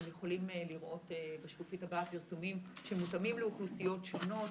אתם יכולים לראות בשקופית הבאה פרסומים שמותאמים לאוכלוסיות שונות.